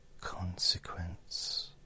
consequence